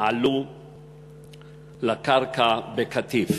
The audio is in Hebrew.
עלו על הקרקע בקטיף.